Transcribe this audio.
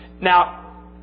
Now